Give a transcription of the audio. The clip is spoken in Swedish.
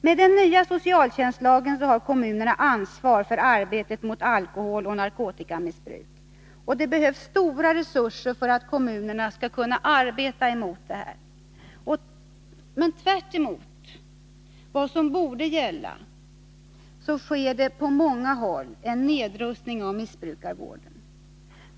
Med den nya socialtjänstlagen har kommunerna ansvar för arbetet mot alkoholoch narkotikamissbruk. Det behövs stora resurser för att kommunerna skall kunna utföra detta arbete, och tvärtemot vad som borde gälla sker på många håll en nedrustning av missbrukarvården.